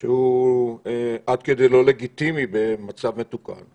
שהוא עד כדי לא לגיטימי במצב מתוקן.